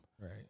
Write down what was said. Right